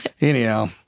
anyhow